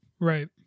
right